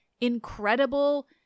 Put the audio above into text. incredible